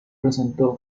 presentó